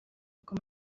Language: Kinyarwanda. ubwo